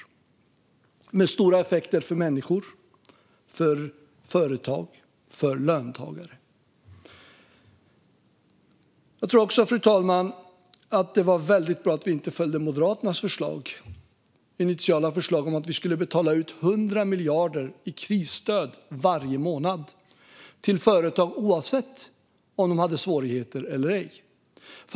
Det hade stora effekter för människor, företag och löntagare. Fru talman! Jag tror också att det var väldigt bra att vi inte följde Moderaternas initiala förslag om att vi skulle betala ut 100 miljarder i krisstöd varje månad till företag oavsett om de hade svårigheter eller ej.